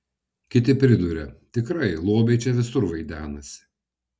kiti priduria tikrai lobiai čia visur vaidenasi